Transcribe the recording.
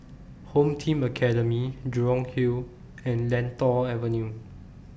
Home Team Academy Jurong Hill and Lentor Avenue